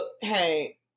hey